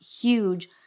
huge